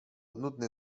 nudny